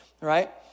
right